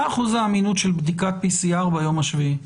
מה אחוז האמינות של בדיקת PCR ביום השביעי?